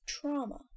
Trauma